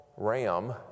Ram